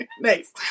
Nice